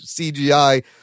CGI